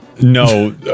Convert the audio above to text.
No